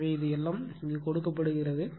எனவே இது எல்லாம் கொடுக்கப்படுகிறது